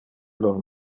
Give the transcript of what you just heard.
lor